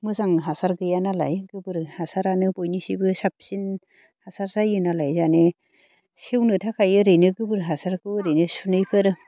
मोजां हासार गैयानालाय गोबोर हासारानो बयनिसायबो साबसिन हासार जायो नालाय जानाया सेवनो थाखाय ओरैनो गोबोर हासारखौ ओरैनो सुनैफोर